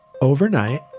overnight